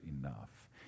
enough